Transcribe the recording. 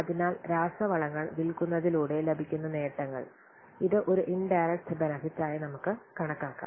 അതിനാൽ രാസവളങ്ങൾ വിൽക്കുന്നതിലൂടെ ലഭിക്കുന്ന നേട്ടങ്ങൾ ഇത് ഒരു ഇൻഡയറക്റ്റ് ബെനെഫിറ്റ് ആയി നമുക്ക് കണക്കാക്കാം